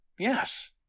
Yes